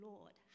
Lord